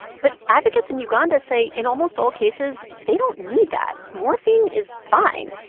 but advocates in uganda say in almost all cases, they don't need that. morphine is fine.